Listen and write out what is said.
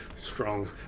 strong